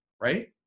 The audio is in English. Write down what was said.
right